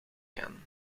gaan